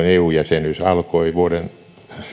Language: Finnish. eu jäsenyys alkoi vuoden